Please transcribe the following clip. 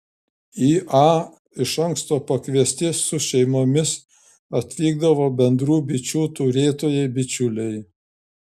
į a iš anksto pakviesti su šeimomis atvykdavo bendrų bičių turėtojai bičiuliai